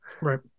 Right